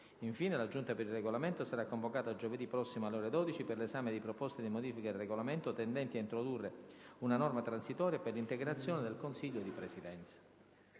Infine, la Giunta per il Regolamento sarà convocata giovedì prossimo, alle ore 12, per l'esame di proposte di modifica del Regolamento tendenti a introdurre una norma transitoria per l'integrazione del Consiglio di Presidenza.